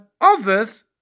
others